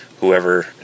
whoever